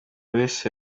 wese